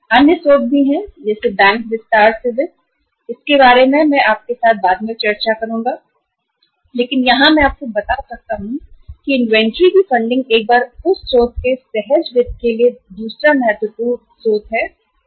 अन्य स्रोत भी बैंक विस्तार से वित्त मैं आपके साथ बाद में चर्चा करूंगा लेकिन यहां मैं आपको बता सकता हूं इन्वेंट्री की फंडिंग में सहज वित्त के बाद दूसरा महत्वपूर्ण स्रोत बैंक वित्त है